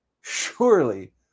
surely